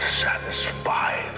satisfy